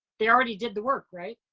they already did the work, right?